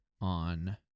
on